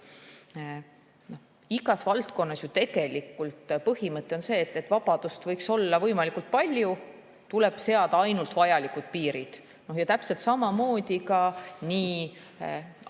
Igas valdkonnas on ju see põhimõte, et vabadust võiks olla võimalikult palju, tuleb seada ainult vajalikud piirid. Täpselt samamoodi on